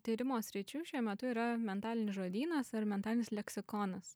tyrimo sričių šiuo metu yra mentalinis žodynas ar mentalinis leksikonas